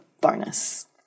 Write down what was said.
bonus